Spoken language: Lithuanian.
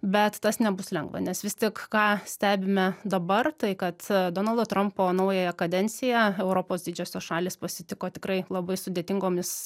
bet tas nebus lengva nes vis tik ką stebime dabar tai kad donaldo trampo naująją kadenciją europos didžiosios šalys pasitiko tikrai labai sudėtingomis